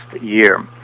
year